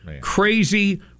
crazy